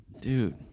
Dude